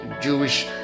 jewish